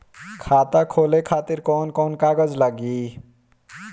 खाता खोले खातिर कौन कौन कागज लागी?